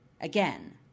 Again